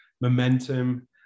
momentum